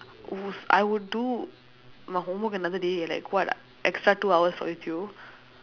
who's I would do my homework another day like what extra two hours for with you